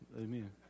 amen